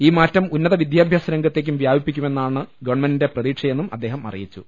ഈമാറ്റം ഉന്നത വിദ്യാഭ്യാസരംഗത്തേക്കും വ്യാപിക്കുമെന്നാണ് ഗവൺമെന്റിന്റെ പ്രതീക്ഷയെന്നും അദ്ദേഹം അറിയിച്ചു